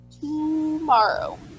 tomorrow